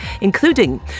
including